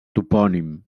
topònim